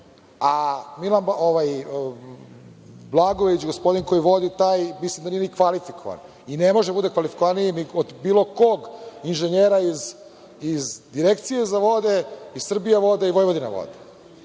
Milan Blagojević, gospodin koji vodi taj, mislim da nije kvalifikovan i ne može biti kvalifikovaniji od bilo kog inženjera iz Direkcije za vode, iz Srbija voda i Vojvodina